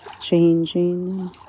changing